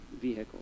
vehicle